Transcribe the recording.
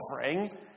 offering